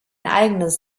eigenes